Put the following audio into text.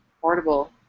portable